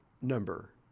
number